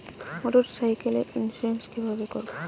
মোটরসাইকেলের ইন্সুরেন্স কিভাবে করব?